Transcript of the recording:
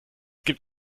gibt